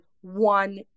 one